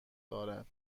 دارد